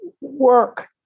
work